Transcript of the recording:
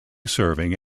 serving